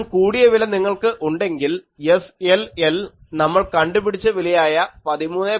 ഇതിലും കൂടിയ വില നിങ്ങൾക്ക് ഉണ്ടെങ്കിൽ SLL നമ്മൾ കണ്ടുപിടിച്ച വിലയായ 13